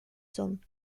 son